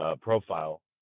profile